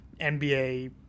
nba